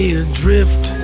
adrift